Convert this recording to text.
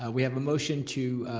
ah we have a motion to